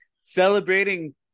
celebrating